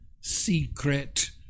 secret